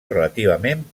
relativament